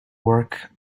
work